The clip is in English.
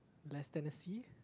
less than a C